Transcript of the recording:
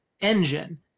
engine